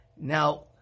Now